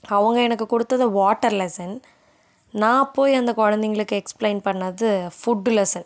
அவங்க எனக்கு கொடுத்தது வாட்டர் லெசன் நான் போய் அந்த குழந்தைங்களுக்கு எக்ஸ்பிளைன் பண்ணது ஃபுட்டு லெசன்